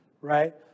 right